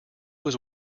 was